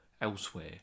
elsewhere